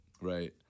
Right